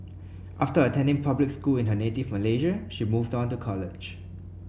after attending public school in her native Malaysia she moved on to college